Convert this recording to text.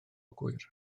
gŵyr